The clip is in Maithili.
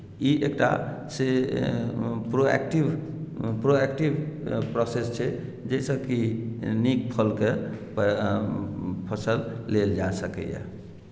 तऽ ई एकटा से प्रोएक्टिव प्रोएक्टिव प्रोसेस छै जाहिसँ कि नीक फलके फसल लेल जा सकैए